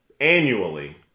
annually